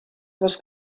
was